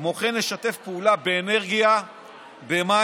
כמו כן, נשתף פעולה באנרגיה, במים,